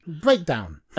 Breakdown